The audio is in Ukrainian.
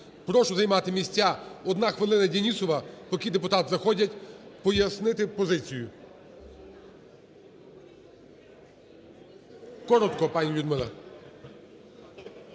Прошу займати місця. 1 хвилина, Денісова. Поки депутати заходять, пояснити позицію. Коротко, пані Людмила.